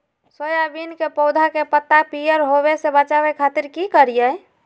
Soybean के पौधा के पत्ता के पियर होबे से बचावे खातिर की करिअई?